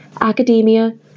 academia